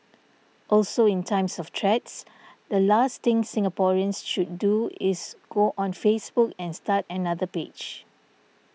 also in times of threats the last thing Singaporeans should do is go on Facebook and start another page